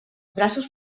braços